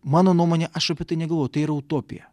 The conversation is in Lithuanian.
mano nuomonė aš apie tai negalvoju tai yra utopija